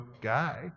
guy